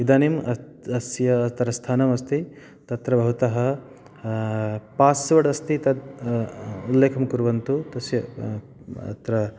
इदानीम् अत् अस्य अत्र स्थानमस्ति तत्र भवतः पासवर्ड् अस्ति तत् उल्लेखं कुर्वन्तु तस्य अत्र